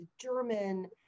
German